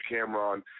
Cameron